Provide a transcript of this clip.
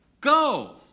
go